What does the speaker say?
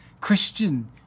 Christian